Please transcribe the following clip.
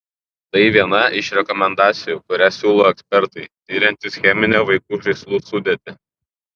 tai viena iš rekomendacijų kurią siūlo ekspertai tiriantys cheminę vaikų žaislų sudėtį